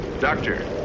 Doctor